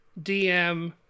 DM